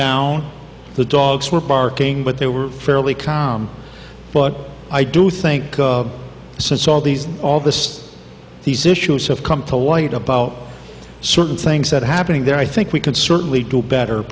down the dogs were barking but they were fairly calm but i do think since all these all this these issues have come to light about certain things that are happening there i think we can certainly do better